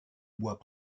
bois